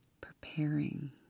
preparing